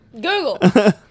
Google